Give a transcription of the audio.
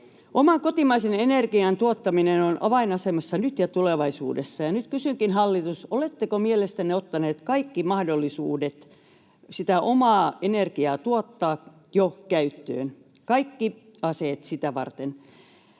Oman kotimaisen energian tuottaminen on avainasemassa nyt ja tulevaisuudessa. Nyt kysynkin, hallitus: oletteko mielestänne jo ottaneet käyttöön kaikki mahdollisuudet tuottaa sitä omaa energiaa, kaikki aseet sitä varten?